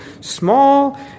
small